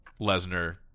Lesnar